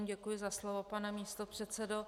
Děkuji za slovo, pane místopředsedo.